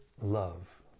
love